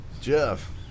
Jeff